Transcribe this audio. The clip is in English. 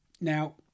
Now